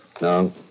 No